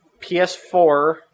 PS4